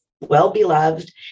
well-beloved